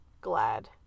glad